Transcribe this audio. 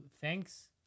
thanks